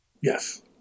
Yes